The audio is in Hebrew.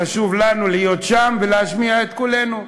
חשוב לנו להיות שם ולהשמיע את קולנו.